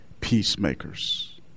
peacemakers